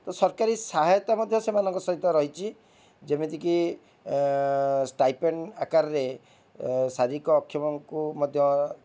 ତ ସରକାରୀ ସହାୟତା ମଧ୍ୟ ସେମାନଙ୍କ ସହିତ ରହିଛି ଯେମିତିକି ଷ୍ଟାଇପେଣ୍ଡ୍ ଆକାରରେ ଶାରୀରିକ ଅକ୍ଷମଙ୍କୁ ମଧ୍ୟ